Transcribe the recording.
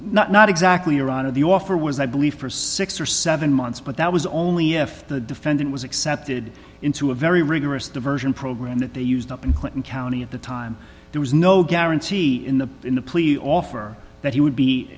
not exactly around of the offer was i believe for six or seven months but that was only if the defendant was accepted into a very rigorous diversion program that they used up in clinton county at the time there was no guarantee in the in the plea offer that he would be